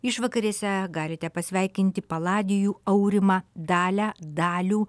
išvakarėse galite pasveikinti paladijų aurimą dalią dalių